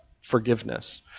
forgiveness